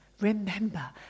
remember